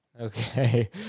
okay